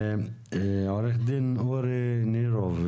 עו"ד אורי נרוב,